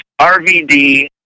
RVD